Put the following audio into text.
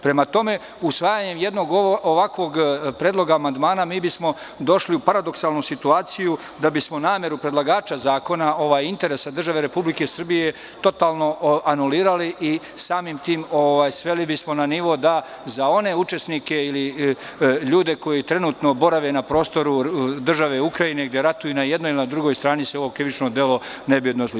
Prema tome, usvajanjem jednog ovakvog predloga amandmana došli bismo u paradoksalnu situaciju da bismo nameru predlagača zakona, interesa države Republike Srbije totalno anulirali i sveli bismo na nivo da se za one učesnike ili ljude koji trenutno borave na prostoru države Ukrajine, gde ratuju na jednoj ili na drugoj strani, ovo krivično delo ne bi odnosilo.